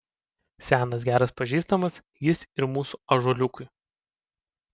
senas geras pažįstamas jis ir mūsų ąžuoliukui